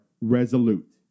resolute